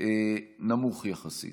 נמוך יחסית.